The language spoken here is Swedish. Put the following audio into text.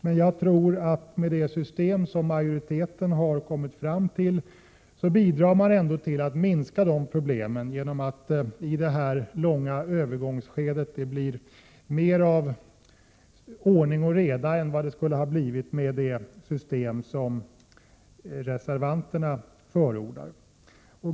Men jag tror att med det system som majoriteten har kommit fram till bidrar man ändå till att minska dessa problem, eftersom det i det långa övergångsskedet kommer att bli mera ordning och reda än vad det skulle ha blivit med det system som reservanterna förordat.